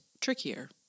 trickier